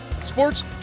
sports